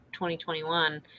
2021